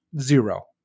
Zero